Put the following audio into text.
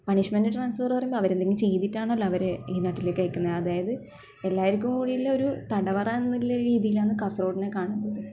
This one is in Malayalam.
പണിഷ്മെന്റ് ട്രാൻസ്ഫെറ് വരുമ്പം അവരെന്തെങ്കിലും ചെയ്തിട്ടാണല്ലോ അവരെ ഈ നാട്ടിലേക്കയക്കുന്നത് അതായത് എല്ലാവർക്കും കൂടിയുള്ളൊരു തടവറ എന്നുള്ള രീതിയാണ് കാസർഗോടിനെ കാണുന്നത്